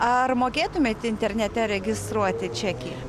ar mokėtumėte internete registruoti čekį